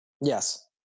yes